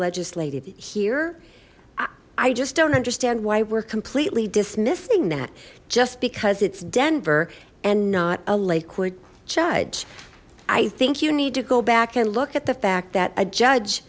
legislated here i just don't understand why we're completely dismissing that just because it's denver and not a liquid judge i think you need to go back and look at the fact that a judge